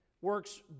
works